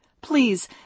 Please